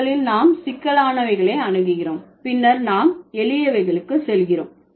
முதலில் நாம் சிக்கலானவைகளை அணுகுகிறோம் பின்னர் நாம் எளியவைகளுக்கு செல்லுகிறோம்